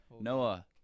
Noah